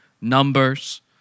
numbers